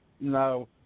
no